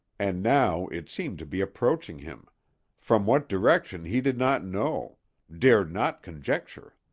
and now it seemed to be approaching him from what direction he did not know dared not conjecture.